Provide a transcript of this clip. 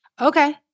Okay